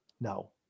no